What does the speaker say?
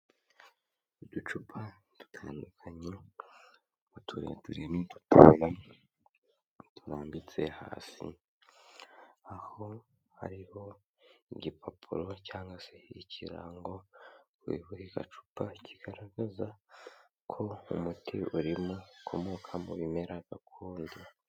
Uducupa dutandukanye, utureture n'udutoya turambitse hasi, aho hariho igipapuro cyangwase ikirango kuri buri gacupa kigaragaza ko umuti urimo ukomoka mu bimera gakondo.